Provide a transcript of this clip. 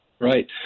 Right